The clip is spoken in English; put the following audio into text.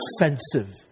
offensive